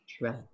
Right